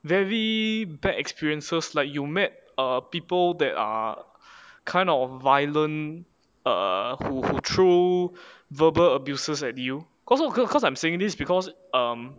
very bad experiences like you met err people that are kind of violent err who who threw verbal abuses at you because you could cause I'm saying this because um